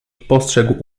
postrzegł